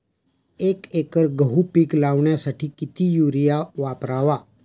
एक एकर गहू पीक लावण्यासाठी किती युरिया वापरावा?